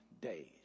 days